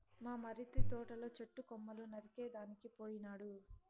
మా మరిది తోటల చెట్టు కొమ్మలు నరికేదానికి పోయినాడు